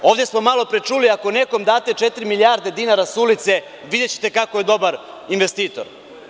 Ovde smo malo pre čuli, ako nekom date četiri milijarde dinara sa ulice, videćete kako je dobar investitor.